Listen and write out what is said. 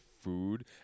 food